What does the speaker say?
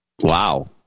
Wow